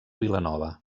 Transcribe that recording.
vilanova